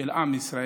של עם ישראל,